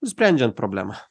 sprendžiant problemą